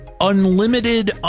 unlimited